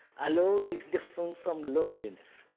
alone is different from loneliness.